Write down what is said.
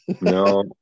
No